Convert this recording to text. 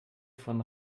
von